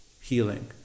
healing